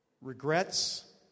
regrets